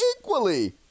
equally